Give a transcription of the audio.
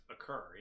occur